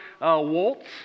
waltz